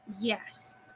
Yes